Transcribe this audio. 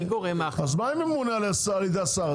אז מה אם הוא מונה על ידי השר,